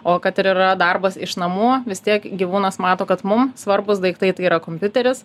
o kad ir yra darbas iš namų vis tiek gyvūnas mato kad mum svarbūs daiktai tai yra kompiuteris